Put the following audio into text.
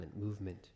movement